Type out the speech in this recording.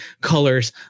colors